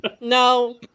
No